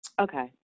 Okay